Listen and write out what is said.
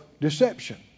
deception